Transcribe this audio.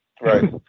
right